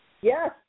Yes